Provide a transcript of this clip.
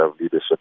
leadership